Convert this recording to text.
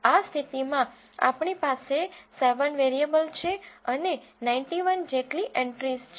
આ સ્થિતિમાં આપણી પાસે 7 વેરીએબલ છે અને 91 જેટલી એન્ટ્રીઝ છે